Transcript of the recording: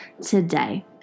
today